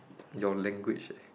your language eh